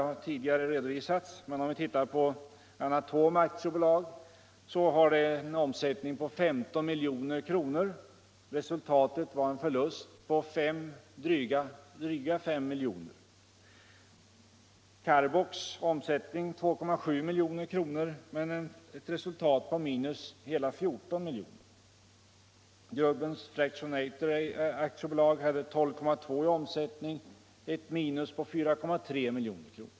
Av de dotterbolag som nu finns hade Anatom AB en omsättning på 15 milj.kr. och en förlust på drygt 5 milj.kr. AB Carbox hade en omsättning på 2,7 milj.kr. men ett minus på hela 14 milj.kr. Grubbens Fractionator AB hade 12,2 milj.kr. i omsättning och ett minus på 4,3 miljoner.